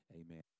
Amen